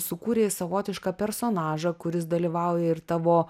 sukūrei savotišką personažą kuris dalyvauja ir tavo